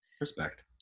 Respect